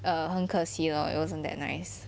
err 很可惜 lor it wasn't that nice